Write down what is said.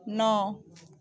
नौ